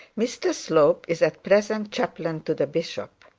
mr slope is at present chaplain to the bishop.